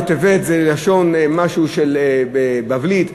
טבת זה משהו בבבלית,